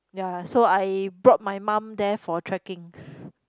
ya so I brought my mum there for trekking